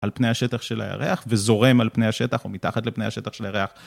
על פני השטח של הירח וזורם על פני השטח או מתחת לפני השטח של הירח.